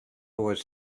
was